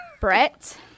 Brett